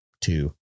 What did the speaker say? two